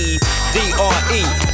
D-R-E